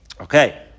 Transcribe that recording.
Okay